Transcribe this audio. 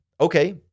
okay